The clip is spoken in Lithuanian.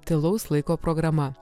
tylaus laiko programa